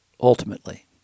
ultimately